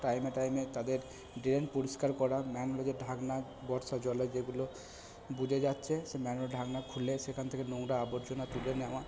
টাইমে টাইমে তাদের ড্রেন পরিষ্কার করা ম্যানহোলের যে ঢাকনা বর্ষার জলে যেগুলো বুজে যাচ্ছে সেই ম্যানহোলের ঢাকনা খুলে সেখান থেকে নোংরা আবর্জনা তুলে নেওয়া